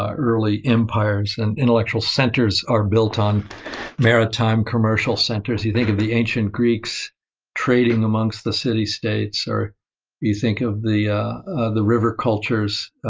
ah early empires and intellectual centers are built on maritime commercial centers. you think of the ancient greeks trading amongst the city states, or you think of the ah of the river cultures,